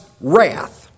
wrath